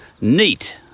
neat